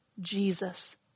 Jesus